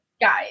guys